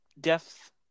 Death